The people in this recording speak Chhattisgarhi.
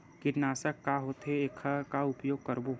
कीटनाशक का होथे एखर का उपयोग करबो?